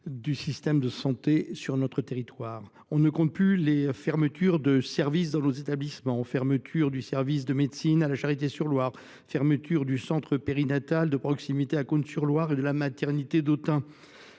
du système de santé sur notre territoire. On ne compte plus les fermetures de services dans nos établissements, de celle du service de médecine à l’hôpital de La Charité-sur-Loire à celle du centre périnatal de proximité de Cosne-sur-Loire, en plus de celle de la maternité d’Autun.